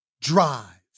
Drive